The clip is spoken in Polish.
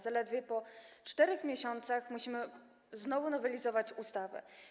Zaledwie po czterech miesiącach musimy znowu nowelizować ustawę.